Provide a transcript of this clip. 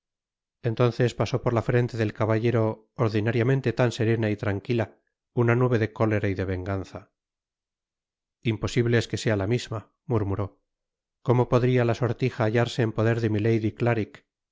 entonces pasó por ta frente del caballero ordinariamente tan serena y tranquila una nube de cólera y de venganza imposible es que sea la misma murmuró como podria la sortija hallarse en poder de milady clarik